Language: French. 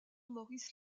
maurice